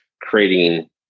creating